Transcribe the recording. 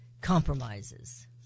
compromises